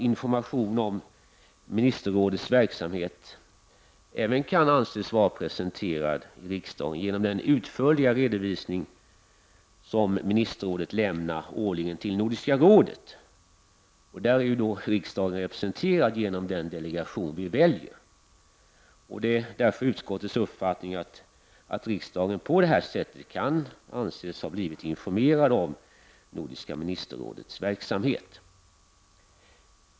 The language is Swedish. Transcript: Information om Nordiska ministerrådets verksamhet kan även anses vara presenterad i riksdagen genom den utförliga redovisning som ministerrådet årligen lämnar till Nordiska rådet, där riksdagen är representerad genom den delegation vi väljer. Det är därför utskottets uppfattning att riksdagen på det här sättet kan anses ha blivit informerad om Nordiska ministerrådets verksamhet.